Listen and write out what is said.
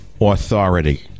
authority